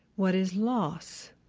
what is loss,